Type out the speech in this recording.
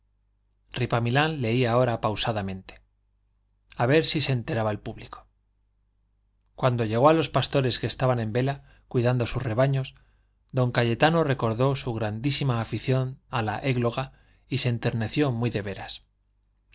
pesebre ripamilán leía ahora pausadamente a ver si se enteraba el público cuando llegó a los pastores que estaban en vela cuidando sus rebaños don cayetano recordó su grandísima afición a la égloga y se enterneció muy de veras más